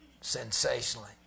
sensationally